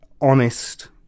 honest